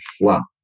Wow